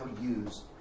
use